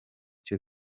cyo